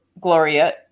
Gloria